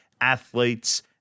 athletes